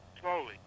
slowly